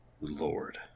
Lord